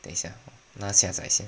等一下让他下载先